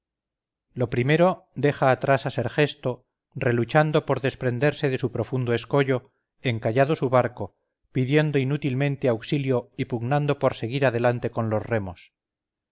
lo primero deja atrás a sergesto reluchando por desprenderse de un profundo escollo encallado su barco pidiendo inútilmente auxilio y pugnando por seguir adelante con los remos